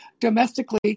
domestically